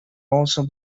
also